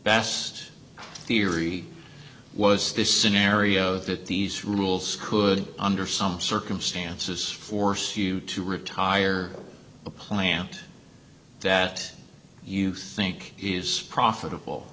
best theory was this scenario that these rules could under some circumstances force you to retire a plant that you think he's profitable